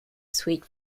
sweet